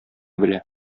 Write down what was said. белә